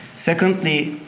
secondly,